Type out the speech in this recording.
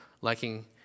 liking